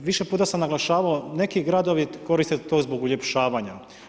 Više puta sam naglašavao, neki gradovi koriste to zbog uljepšavanja.